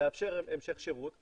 לאפשר המשך שירות,